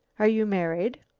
are you married?